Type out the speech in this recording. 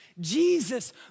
Jesus